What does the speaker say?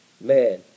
man